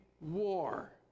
war